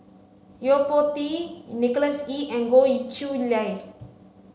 Yo Po Tee Nicholas Ee and Goh Chiew Lye